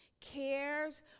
Cares